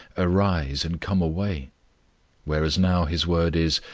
arise, and come away whereas now his word is,